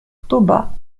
toba